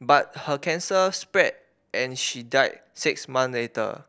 but her cancer spread and she died six month later